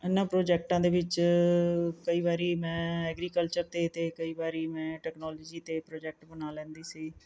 ਇਹਨਾਂ ਪ੍ਰੋਜੈਕਟਾਂ ਦੇ ਵਿੱਚ ਕਈ ਵਾਰੀ ਮੈਂ ਐਗਰੀਕਲਚਰ 'ਤੇ ਅਤੇ ਕਈ ਵਾਰੀ ਮੈਂ ਟੈਕਨੋਲੋਜੀ 'ਤੇ ਪ੍ਰੋਜੈਕਟ ਬਣਾ ਲੈਂਦੀ ਸੀ